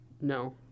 No